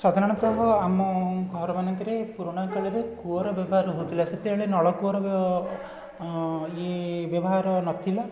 ସାଧାରଣତଃ ଆମ ଘର ମାନଙ୍କରେ ପୁରୁଣା କାଳରେ କୂଅର ବ୍ୟବହାର ହେଉଥିଲା ସେତେବେଳେ ନଳକୂଅର ଇଏ ବ୍ୟବହାର ନ ଥିଲା